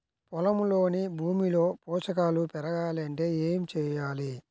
పొలంలోని భూమిలో పోషకాలు పెరగాలి అంటే ఏం చేయాలి?